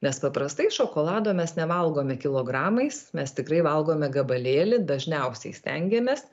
nes paprastai šokolado mes nevalgome kilogramais mes tikrai valgome gabalėlį dažniausiai stengiamės